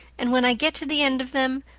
and when i get to the end of them,